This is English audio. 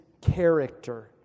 character